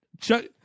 Chuck